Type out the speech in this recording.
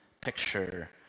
picture